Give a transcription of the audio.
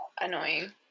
annoying